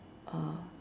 uh